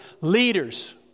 leaders